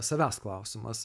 savęs klausimas